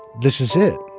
this is it,